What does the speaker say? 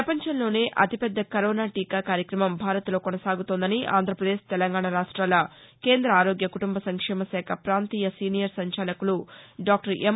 ప్రపంచంలోనే అతిపెద్ద కరోనా టీకా కార్యక్రమం భారత్లో కొనసాగుతోందని ఉభయ తెలుగు రాష్ట్లాల కేంద్ర ఆరోగ్య కుటుంబ సంక్షేమ శాఖ ప్రాంతీయ సీనియర్ సంచాలకులు డాక్టర్ ఎం